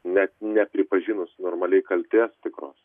net nepripažinus normaliai kaltės tikros